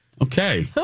Okay